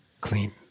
clean